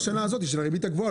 בשנה הזאת, של הריבית הגבוהה.